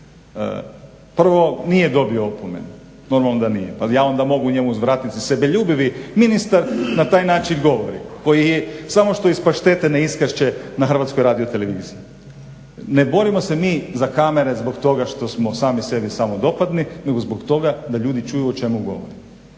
prvo nije dobio opomenu, normalno da nije. Pa ja onda njemu mogu uzvratiti sebeljubivi ministar na taj način govori koji samo što iz paštete ne iskače na Hrvatskoj radioteleviziji. Ne borimo se mi za kamere zbog toga što smo sami sebi samodopadni, nego zbog toga da ljudi čuju o čemu govorimo.